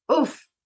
Oof